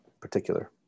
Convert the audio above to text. particular